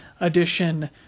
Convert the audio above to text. edition